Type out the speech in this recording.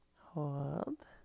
hold